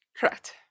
correct